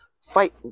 fight